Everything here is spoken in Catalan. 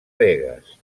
begues